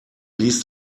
ließ